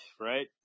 right